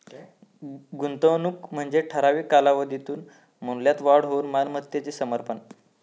गुंतवणूक म्हणजे ठराविक कालावधीत मूल्यात वाढ होऊक मालमत्तेचो समर्पण